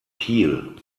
kiel